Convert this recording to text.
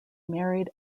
married